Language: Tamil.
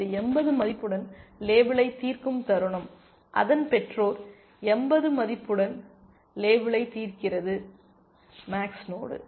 இது 80 மதிப்புடன் லேபிளை தீர்க்கும் தருணம் அதன் பெற்றோர் 80 மதிப்புடன் லேபிளை தீர்க்கிறது மேக்ஸ் நோடு